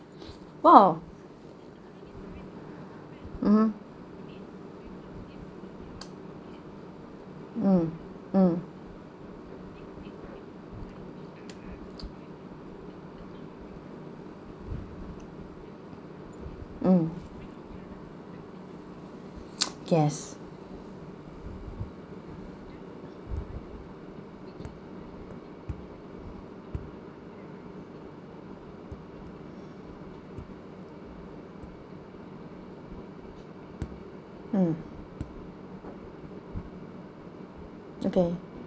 !wow! mm mm mm mm yes mm okay